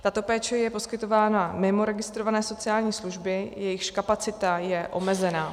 Tato péče je poskytována mimo registrované sociální služby, jejichž kapacita je omezena.